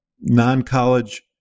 non-college